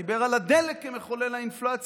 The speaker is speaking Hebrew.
דיבר על הדלק כמחולל האינפלציה.